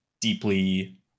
deeply